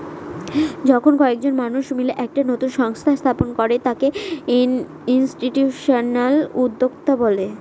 যখন কয়েকজন মানুষ মিলে একটা নতুন সংস্থা স্থাপন করে তাকে ইনস্টিটিউশনাল উদ্যোক্তা বলে